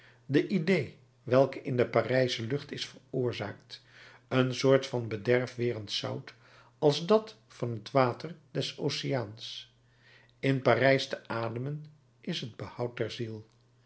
de idée welke in de parijsche lucht is veroorzaakt een soort van bederfwerend zout als dat van het water des oceaans in parijs te ademen is het behoud